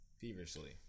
feverishly